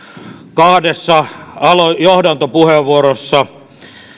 kahdessa johdantopuheenvuorossa